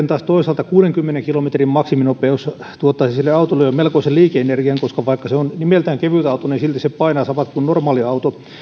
taas toisaalta kuudenkymmenen kilometrin maksiminopeus tuottaisi sille autolle jo melkoisen liike energian koska vaikka se on nimeltään kevytauto niin silti se painaa saman kuin normaaliauto